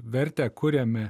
vertę kuriame